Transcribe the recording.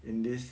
in this